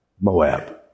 Moab